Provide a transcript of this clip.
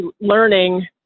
learning